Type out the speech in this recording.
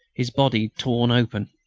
his body torn open.